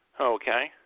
okay